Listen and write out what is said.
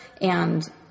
and-